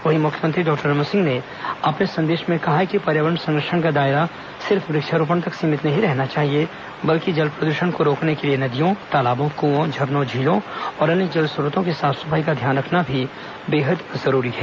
वहीं मुख्यमंत्री डॉक्टर रमन सिंह ने अपने संदेश में कहा है कि पर्यावरण संरक्षण का दायरा सिर्फ वुक्षारोपण तक सीमित नहीं रहना चाहिए बल्कि जल प्रद्रषण को रोकने के लिए नदियों तालाबों कुंओं झरनों झीलों और अन्य जल स्रोतों की साफ सफाई का ध्यान रखना भी बहुत जरूरी है